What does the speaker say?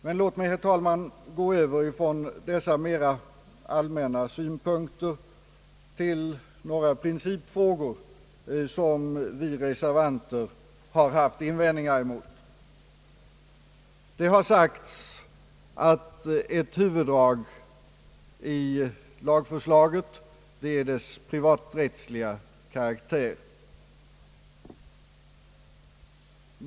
Men låt mig, herr talman, gå över från dessa mera allmänna synpunkter till några principfrågor, beträffande vilka vi reservanter har haft invändningar. Det har sagts att ett huvuddrag i lagförslaget är dess privaträttsliga karaktär.